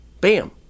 Bam